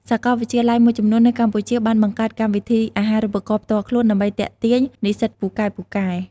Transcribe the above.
សាកលវិទ្យាល័យមួយចំនួននៅកម្ពុជាបានបង្កើតកម្មវិធីអាហារូបករណ៍ផ្ទាល់ខ្លួន ដើម្បីទាក់ទាញនិស្សិតពូកែៗ។